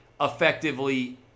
effectively